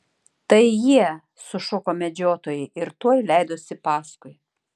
tai jie sušuko medžiotojai ir tuoj leidosi paskui